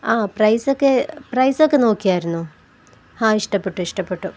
ആ പ്രൈസൊക്കെ പ്രൈസൊക്കെ നോക്കിയാരുന്നു ആ ഇഷ്ടപ്പെട്ടു ഇഷ്ടപ്പെട്ടു